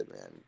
man